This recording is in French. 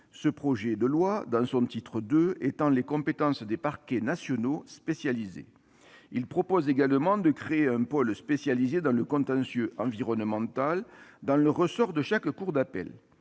ce projet de loi, dans son titre II, étend les compétences des parquets nationaux spécialisés, prévoit la création d'un pôle spécialisé dans le contentieux environnemental dans le ressort de chaque cour d'appel,